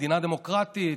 מדינה דמוקרטית,